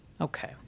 Okay